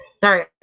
Sorry